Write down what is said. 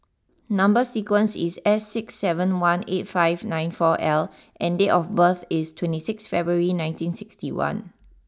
number sequence is S six seven one eight five nine four L and date of birth is twenty six February nineteen sixty one